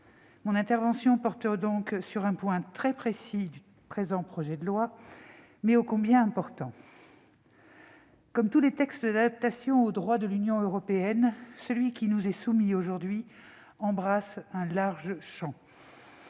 Mon intervention porte donc sur un point très précis du présent projet de loi, mais ô combien important. Comme tous les textes d'adaptation au droit de l'Union européenne, celui qui nous est soumis aujourd'hui embrasse un large champ.